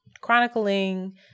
chronicling